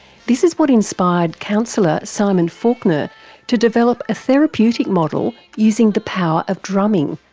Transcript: this is what inspired counsellor simon faulkner to develop a therapeutic model using the power of drumming,